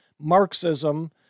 Marxism